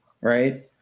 right